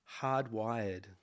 hardwired